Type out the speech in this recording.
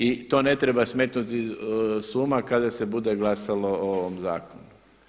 I to ne treba smetnuti sa uma kada se bude glasalo o ovom zakonu.